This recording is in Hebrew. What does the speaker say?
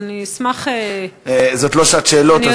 אז אני אשמח, זאת לא שעת שאלות.